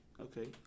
okay